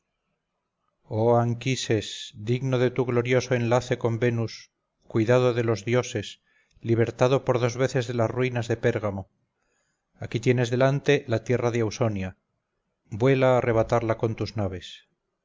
anquises digno de tu glorioso enlace con venus cuidado de los dioses libertado por dos veces de las ruinas de pérgamo ahí tienes delante la tierra de ausonia vuela a arrebatarla con tus naves